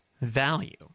value